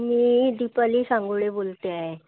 मी दिपाली सांगोळे बोलते आहे